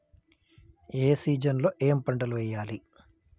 ఏ season లో ఏం పంటలు వెయ్యాలి?